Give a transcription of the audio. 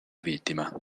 vittima